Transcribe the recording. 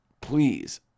Please